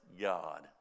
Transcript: God